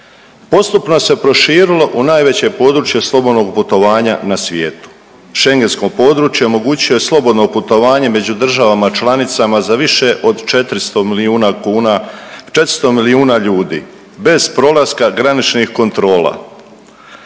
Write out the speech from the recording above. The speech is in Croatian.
Postupno se proširilo u najveće područje slobodnog putovanja na svijetu. Schengentsko područje omogućuje slobodno putovanje među državama članicama za više od 400 milijuna kuna, 400 milijuna ljudi bez prolaska graničnih kontrola.